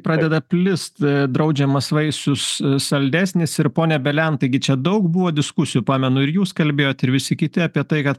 pradeda plist draudžiamas vaisius saldesnis ir pone belen taigi čia daug buvo diskusijų pamenu ir jūs kalbėjot ir visi kiti apie tai kad